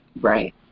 Right